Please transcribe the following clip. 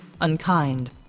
unkind